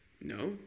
no